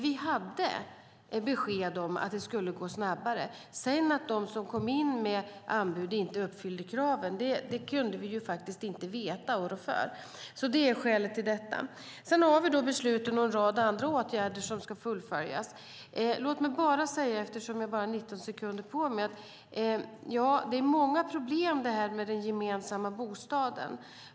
Vi hade besked om att det skulle gå snabbare. Att de som kom in med anbud inte uppfyllde kraven kunde vi inte veta och rå för. Det är skälet. Sedan har vi beslutat om en rad andra åtgärder som ska fullföljas. Låt mig bara säga att det är många problem med den gemensamma bostaden.